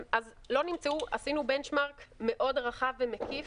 עשינו benchmark מאוד רחב ומקיף,